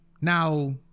Now